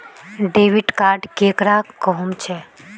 Debit card केकरा कहुम छे?